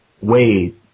Wade